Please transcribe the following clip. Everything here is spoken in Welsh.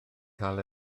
cael